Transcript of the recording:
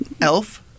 Elf